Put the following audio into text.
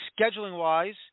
scheduling-wise